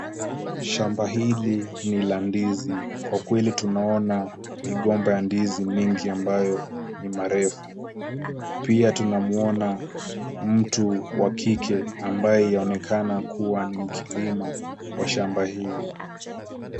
Shamba hili ni la ndizi, kwa kweli tunaona migomba ya ndizi mingi ambayo ni mirefu, pia tunamwona mtu wa kike, ambaye yaonekana kuwa ni mkulima wa shamba hili.